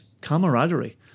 camaraderie